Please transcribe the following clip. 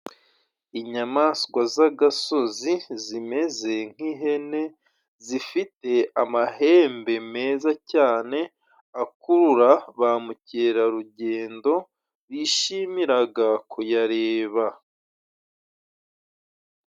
Inyamaswa z'agasozi zimeze nk'ihene, zifite amahembe meza cyane, akurura ba mukerarugendo bishimiraga kuyareba.